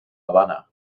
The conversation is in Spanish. habana